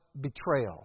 betrayal